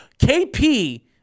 KP